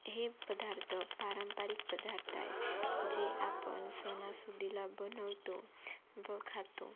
हे पदार्थ पारंपरिक पदार्थ आहेत जे आपण सणासुदीला बनवतो व खातो